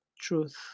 truth